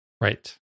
Right